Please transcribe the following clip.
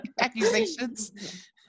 accusations